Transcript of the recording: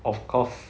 of course